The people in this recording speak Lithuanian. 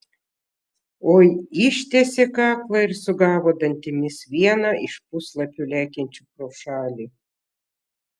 oi ištiesė kaklą ir sugavo dantimis vieną iš puslapių lekiančių pro šalį